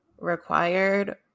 required